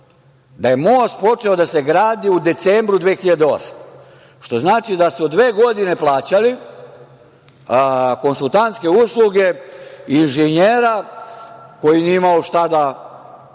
da je most početo da se gradi u decembru 2008. godine, što znači da su dve godine plaćali konsultantske usluge inženjera koji nije imao šta da